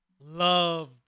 loved